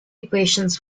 equations